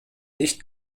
nicht